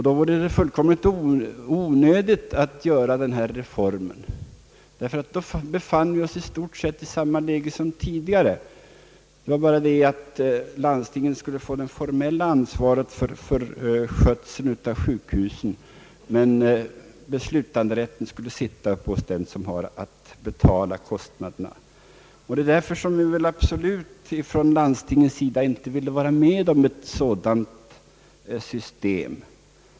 Då vore det fullständigt onödigt att göra denna reform, därför att då befann vi oss i stort sett i samma läge som tidigare. Det skulle bara innebära att landstingen skulle få den formella ansvarigheten för skötseln av sjukhusen, men beslutanderätten skulle ligga hos den som har att betala kostnaderna. Det är därför som vi från landstingens sida absolut inte vill vara med om ett sådant system.